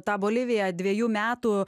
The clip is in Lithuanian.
tą boliviją dvejų metų